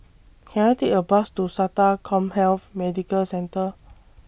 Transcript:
Can I Take A Bus to Sata Commhealth Medical Centre